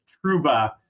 Truba